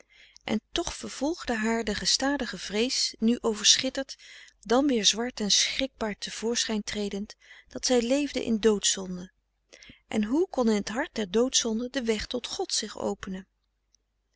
en toch vervolgde haar de gestadige vrees nu overschitterd dan weer zwart en schrikbaar te voorschijn tredend dat zij leefde in doodzonde en hoe kon in t hart der doodzonde de weg tot god zich openen